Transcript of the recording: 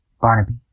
Barnaby